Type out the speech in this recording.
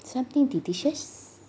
something delicious